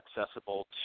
accessible